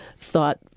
thought